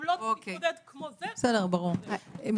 הוא לא מתמודד כמו זה או כמו האחר.